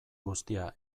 guztia